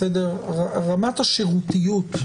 רמת השירותיות,